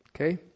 Okay